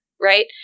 Right